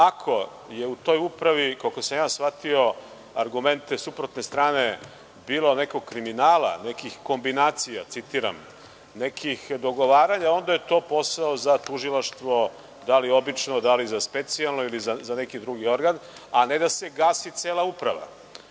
je u toj Upravi, koliko sam ja shvatio argumente suprotne strane, bilo nekog kriminala, nekih kombinacija, citiram, nekih dogovaranja, onda je to posao za tužilaštvo, da li obično, da li za specijalno ili za neki drugi organ, a ne da se gasi cela Uprava. Po